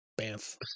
bamf